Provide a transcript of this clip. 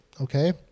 okay